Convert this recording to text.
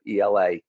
ELA